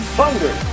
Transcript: Thunder